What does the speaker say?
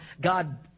God